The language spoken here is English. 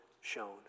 shown